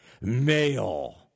male